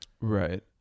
Right